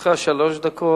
לרשותך שלוש דקות.